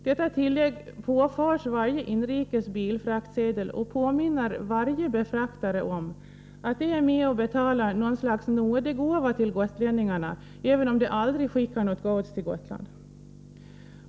Detta tillägg påförs varje inrikes bilfraktsedel och påminner alla befraktare om att de är med och betalar något slags nådegåva till gotlänningarna, även om de aldrig skickar något gods till Gotland.